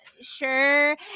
sure